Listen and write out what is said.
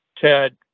Ted